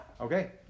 Okay